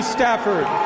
Stafford